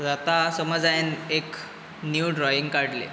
आतां समज हांवें एक नीव ड्रॉइंग काडलें